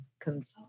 comes